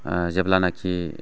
जेब्लानाखि